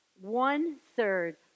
one-third